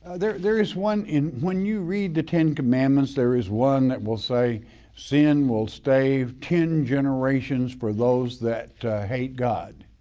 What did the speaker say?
there there is one in, when you read the ten commandments, there is one that will say sin will stay ten generations for those that hate god.